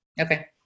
Okay